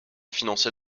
financer